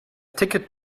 ticket